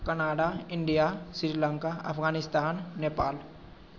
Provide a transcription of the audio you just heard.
Canada India Sri Lanka Afghanistan Nepal